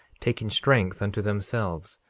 taking strength unto themselves.